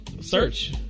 Search